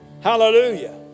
Hallelujah